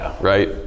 right